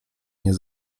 nie